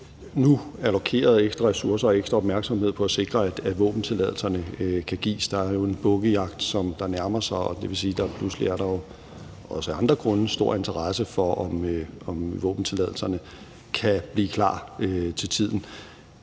også nu allokeret ekstra ressourcer og ekstra opmærksomhed på at sikre, at våbentilladelserne kan gives. Der er jo en bukkejagt, som nærmer sig, og det vil jo sige, at der pludselig, også af andre grunde, er stor interesse for, om våbentilladelserne kan blive klar til tiden.